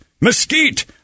mesquite